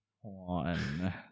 one